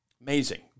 Amazing